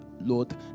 Lord